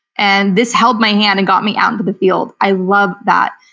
and this held my hand and got me out into the field. i love that.